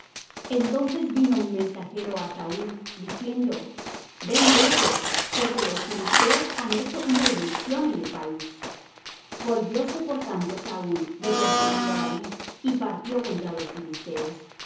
entonces vino un mensajero á saúl diciendo ven luego porque los filisteos han hecho una irrupción en el país volvióse por tanto saúl de perseguir á david y partió contra los filisteos